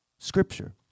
scripture